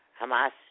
Hamas